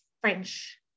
French